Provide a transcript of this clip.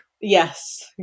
Yes